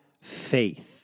faith